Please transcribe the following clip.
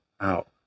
out